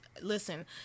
listen